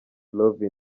love